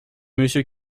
monsieur